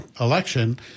election